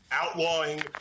outlawing